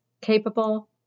capable